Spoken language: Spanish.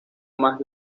más